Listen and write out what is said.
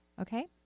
Okay